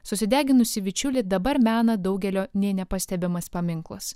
susideginusį bičiulį dabar mena daugelio nė nepastebimas paminklas